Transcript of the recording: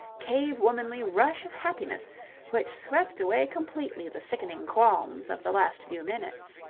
cave-womanly rush of happiness which swept away completely the sickening qualms of the last few minutes.